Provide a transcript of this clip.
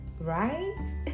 right